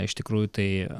iš tikrųjų tai